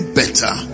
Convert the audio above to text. better